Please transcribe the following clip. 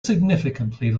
significantly